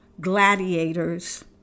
gladiators